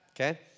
Okay